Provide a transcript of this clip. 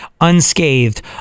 unscathed